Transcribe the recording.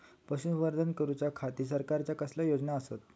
पशुसंवर्धन करूच्या खाती सरकारच्या कसल्या योजना आसत?